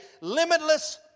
limitless